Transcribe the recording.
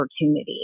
opportunities